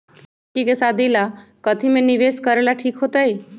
लड़की के शादी ला काथी में निवेस करेला ठीक होतई?